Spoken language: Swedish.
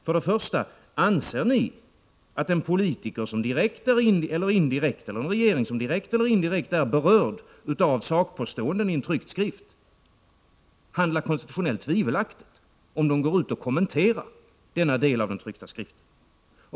För det första: Anser ni att en politiker eller en regering som direkt eller indirekt är berörd av sakpåståenden i en tryckt skrift handlar konstitutionellt tvivelaktigt om den går ut och kommenterar denna del av den tryckta skriften?